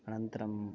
अनन्तरम्